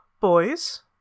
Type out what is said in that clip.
boys